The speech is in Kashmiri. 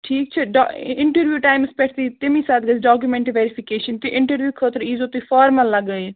ٹھیٖک چھا ڈ اِنٹروِو ٹایمَس پٮ۪ٹھ تمے ساتہٕ گژھہِ ڈاکیٛوٗمیٚنٛٹ ویرِفِکیشن تہِ اِنٹروِو خٲطرٕ ییٖزیٛو تُہۍ فارمَل لَگٲیِتھ